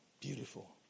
Beautiful